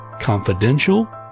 confidential